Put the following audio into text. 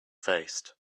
faced